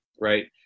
right